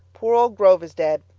poor old grove is dead.